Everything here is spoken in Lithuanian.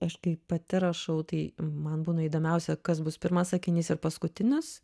aš kaip pati rašau tai man būna įdomiausia kas bus pirmas sakinys ir paskutinis